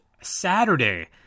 Saturday